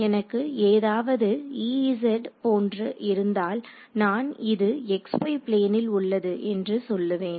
எனக்கு ஏதாவது EZபோன்று இருந்தால் நான் இது xy பிளேனில் உள்ளது என்று சொல்லுவேன்